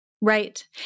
Right